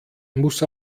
muss